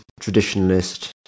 traditionalist